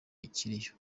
ikiriyo